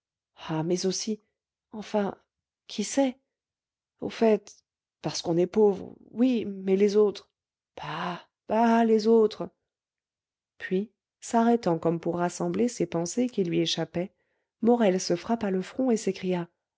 ah mais aussi enfin qui sait au fait parce qu'on est pauvre oui mais les autres bah bah les autres puis s'arrêtant comme pour rassembler ses pensées qui lui échappaient morel se frappa le front et s'écria